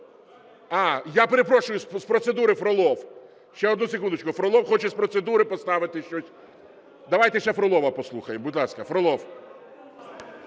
А, я перепрошую, з процедури – Фролов. Ще одну секундочку, Фролов хоче з процедури поставити щось. Давайте ще Фролова послухаємо. Будь ласка, Фролов.